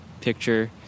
picture